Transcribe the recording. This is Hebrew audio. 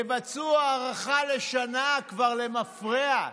תבצעו הארכה לשנה כבר למפרע,